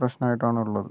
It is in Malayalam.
പ്രശ്നമായിട്ടാണ് ഉള്ളത്